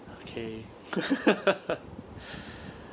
okay